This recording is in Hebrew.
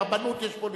ברבנות יש פוליטיקאים.